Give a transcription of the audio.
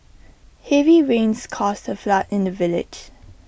heavy rains caused A flood in the village